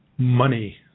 Money